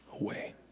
away